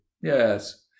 yes